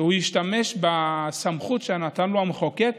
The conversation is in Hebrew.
ישתמש בסמכות שנתן לו המחוקק